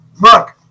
Look